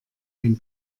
ein